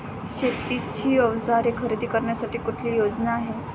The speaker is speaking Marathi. शेतीची अवजारे खरेदी करण्यासाठी कुठली योजना आहे?